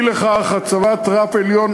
אי לכך, הצבת רף עליון